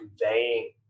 conveying